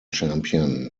champion